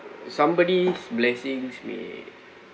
somebody's blessings may